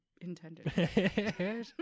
intended